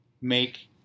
make